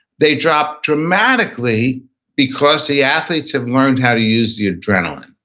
they drop dramatically because the athletes have learned how to use the adrenaline